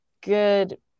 good